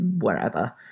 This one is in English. wherever